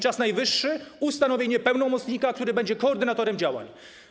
Czas najwyższy na ustanowienie pełnomocnika, który będzie koordynatorem działań.